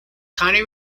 connie